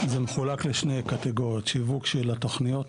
זה מחולק לשתי קטגוריות שיווק של התוכניות,